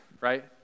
right